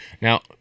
Now